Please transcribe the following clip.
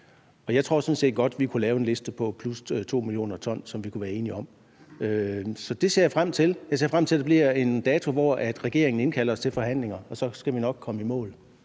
år. Jeg tror sådan set godt, at vi kunne lave en liste på plus 2 mio. t, som vi kunne være enige om. Så det ser jeg frem til. Jeg ser frem til, at der kommer en dato, hvor regeringen indkalder os til forhandlinger, og så skal vi nok komme i mål.